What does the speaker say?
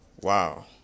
wow